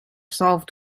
solved